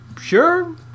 Sure